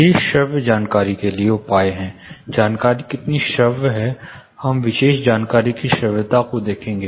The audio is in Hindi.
ये श्रव्य जानकारी के लिए उपाय हैं जानकारी कितनी श्रव्य है हम विशेष जानकारी की श्रव्यता को देखेंगे